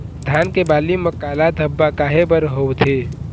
धान के बाली म काला धब्बा काहे बर होवथे?